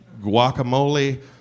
guacamole